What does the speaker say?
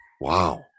Wow